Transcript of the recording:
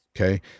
Okay